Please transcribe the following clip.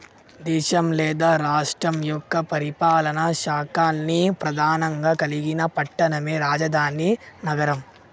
దేశం లేదా రాష్ట్రం యొక్క పరిపాలనా శాఖల్ని ప్రెధానంగా కలిగిన పట్టణమే రాజధాని నగరం